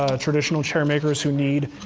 ah traditional chair makers who need